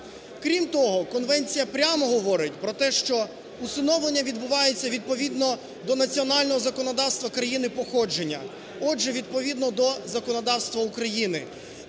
Крім того, конвенція прямо говорить, про те, що усиновлення відбувається відповідно до національного законодавства країни походження, отже, відповідно до законодавства України.